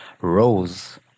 rose